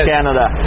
Canada